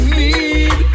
need